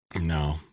No